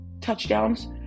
touchdowns